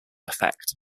effect